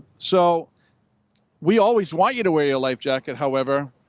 so we always want you to wear your life jacket, however,